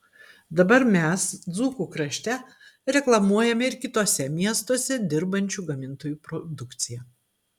dabar mes dzūkų krašte reklamuojame ir kituose miestuose dirbančių gamintojų produkciją